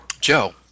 Joe